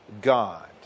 God